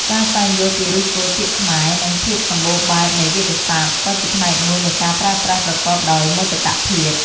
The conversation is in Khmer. ការស្វែងយល់ពីឫសគល់ពាក្យខ្មែរ និងភាពសម្បូរបែបនៃវាក្យសព្ទ ក៏ជាផ្នែកមួយនៃការប្រើប្រាស់ប្រកបដោយមោទកភាព។